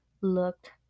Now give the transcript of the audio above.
looked